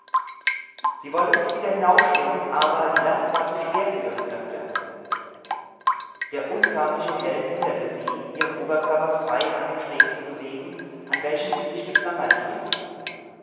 sie wollte sich wieder hinaufschwingen aber die last war zu schwer für ihre kräfte der unförmliche helm hinderte sie ihren oberkörper frei an dem steg zu bewegen an welchen sie sich geklammert hielt